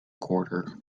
quarter